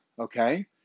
okay